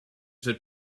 that